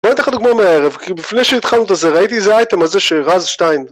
בוא אני אתן לך דוגמה מהערב, לפני שהתחלנו את זה ראיתי איזה אייטם הזה שרז שתיים